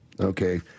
okay